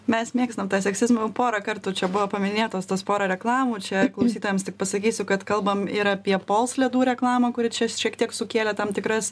mes mėgstame tą seksizmą jau porą kartų čia buvo paminėtos tos pora reklamų čia klausytojams tik pasakysiu kad kalbam ir apie pols ledų reklamą kuri čia šiek tiek sukėlė tam tikras